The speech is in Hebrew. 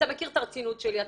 אתה מכיר את הרצינות שלי.